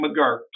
McGurk